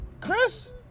Chris